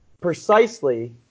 precisely